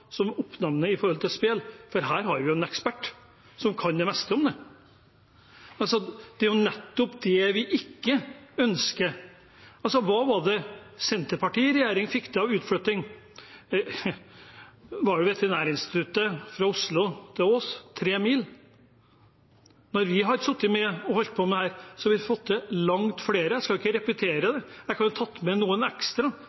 som er oppnavnet på spill, for her har vi jo en ekspert som kan det meste om det. Altså, det er jo nettopp det vi ikke ønsker. Hva var det Senterpartiet i regjering fikk til av utflytting? Det var Veterinærinstituttet fra Oslo til Ås – tre mil. Når vi har holdt på med dette, har vi fått til langt flere. Jeg skal ikke repetere